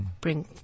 bring